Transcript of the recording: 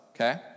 okay